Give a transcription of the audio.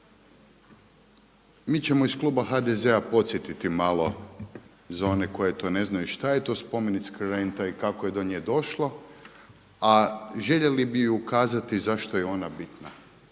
Mi ćemo iz kluba HDZ-a podsjetiti malo za one koji to ne znaju šta je to spomenička renta i kako je do nje došlo, a željeli bi ukazati zašto je ona bitna.